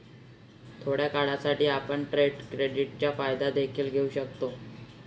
थोड्या काळासाठी, आपण ट्रेड क्रेडिटचा फायदा देखील घेऊ शकता